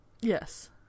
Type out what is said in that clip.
Yes